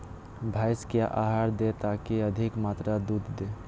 भैंस क्या आहार दे ताकि अधिक मात्रा दूध दे?